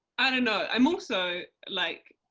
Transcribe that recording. i don't know. i'm also like,